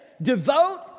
Devote